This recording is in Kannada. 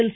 ಎಲ್